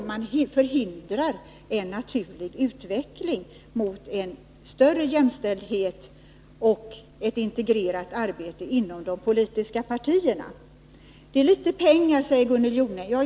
Man kan därmed förhindra en naturlig utveckling mot större jämställdhet och ett integrerat arbete inom de politiska partierna. Det är litet pengar det rör sig om, säger Gunnel Jonäng.